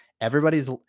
everybody's